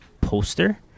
poster